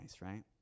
right